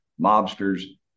mobsters